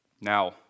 Now